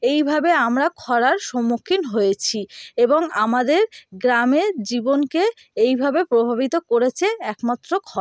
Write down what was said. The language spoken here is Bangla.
এইভাবে আমরা খরার সম্মুখীন হয়েছি এবং আমাদের গ্রামের জীবনকে এইভাবে প্রভাবিত করেছে একমাত্র খরা